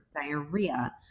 diarrhea